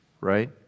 right